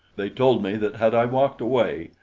they told me that had i walked away,